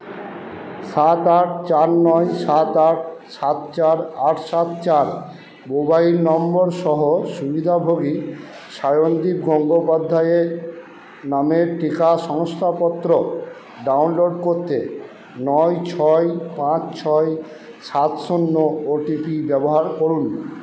সাত আট চার নয় সাত আট সাত চার আট সাত চার মোবাইল নম্বর সহ সুবিধাভোগী শায়নদীপ গঙ্গোপাধ্যায়ের নামের টিকা শংসাপত্র ডাউনলোড করতে নয় ছয় পাঁচ ছয় সাত শূন্য ও টি পি ব্যবহার করুন